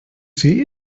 see